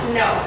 no